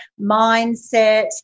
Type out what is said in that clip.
mindset